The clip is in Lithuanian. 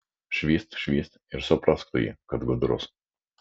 švyst švyst ir suprask tu jį kad gudrus